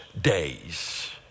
days